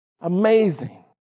Amazing